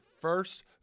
first